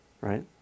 Right